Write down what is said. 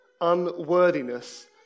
Unworthiness